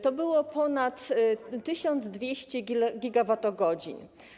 To było ponad 1200 gigawatogodzin.